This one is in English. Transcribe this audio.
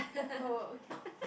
oh okay